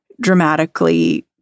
dramatically